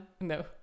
no